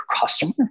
customer